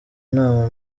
nama